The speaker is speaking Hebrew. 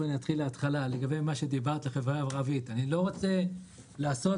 לגבי החברה הערבית אני לא רוצה לעשות